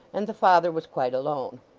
and the father was quite alone.